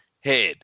head